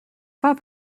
fois